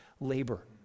labor